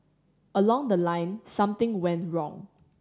along the line something went wrong